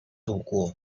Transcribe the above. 度过